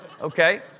Okay